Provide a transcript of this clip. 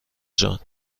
جان